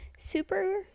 Super